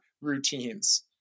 routines